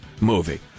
movie